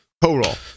Total